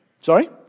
Sorry